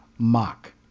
mock